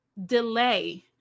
delay